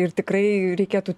ir tikrai reikėtų